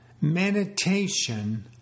meditation